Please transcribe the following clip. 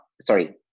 sorry